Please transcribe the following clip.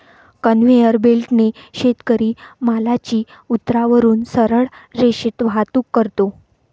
conveyor बेल्टने शेतकरी मालाची उतारावरून सरळ रेषेत वाहतूक करतो